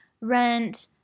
rent